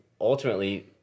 ultimately